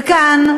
וכאן,